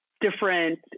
different